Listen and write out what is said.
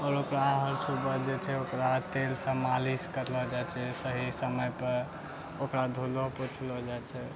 आओर ओकरा सुबह जे छै ओकरा तेलसँ मालिश करलो जाइ छै सहीसँ समयके ओकरा धोलो पोछलो जाइ छै